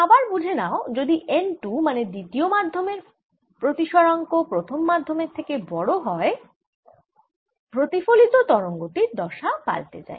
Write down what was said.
আবার বুঝে নাও যদি n 2মানে দ্বিতীয় মাধ্যমের প্রতিসরাঙ্ক প্রথম মাধ্যমের থেকে বড় হয় প্রতিফলিত তরঙ্গটির দশা পাল্টে যায়